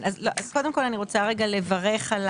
אז קודם כל, אני רוצה לברך על